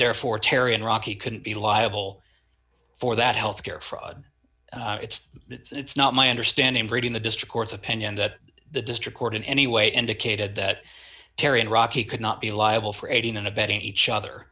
therefore terry and rocky couldn't be liable for that healthcare fraud it's it's not my understanding reading the district court's opinion that the district court in any way indicated that terri and rocky could not be liable for aiding and abetting each other